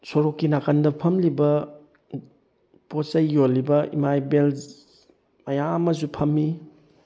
ꯁꯣꯔꯣꯛꯀꯤ ꯅꯥꯀꯟꯗ ꯐꯝꯂꯤꯕ ꯄꯣ ꯆꯩ ꯌꯣꯜꯂꯤꯕ ꯏꯃꯥ ꯏꯕꯦꯟ ꯃꯌꯥꯝ ꯑꯃꯁꯨ ꯐꯝꯃꯤ